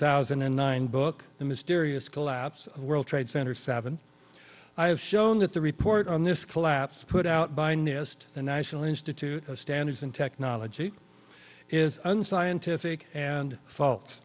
thousand and nine book the mysterious call outs world trade center seven i have shown that the report on this collapse put out by newest the national institute of standards and technology is unscientific and fault